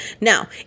Now